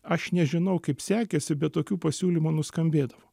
aš nežinau kaip sekėsi bet tokių pasiūlymų nuskambėdavo